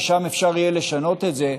שאז יהיה אפשר לשנות את זה,